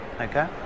okay